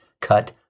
cut